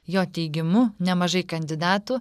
jo teigimu nemažai kandidatų